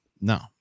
no